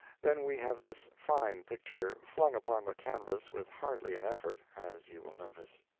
then we have this fine picture flung upon the canvas with hardly an effort, as you will notice.